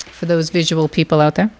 for those visual people out there